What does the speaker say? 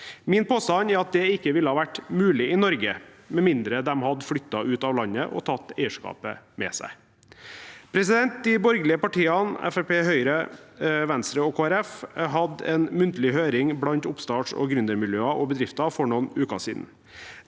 Min påstand er at det ikke ville vært mulig i Norge med mindre de hadde flyttet ut av landet og tatt eierskapet med seg. De borgerlige partiene Fremskrittspartiet, Høyre, Venstre og Kristelig Folkeparti hadde en muntlig høring blant oppstarts- og gründermiljøer og bedrifter for noen uker siden.